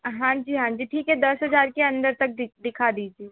हाँजी हाँजी ठीक है दस हज़ार के अंदर तक दी दिखा दीजिए